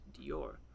Dior